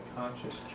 conscious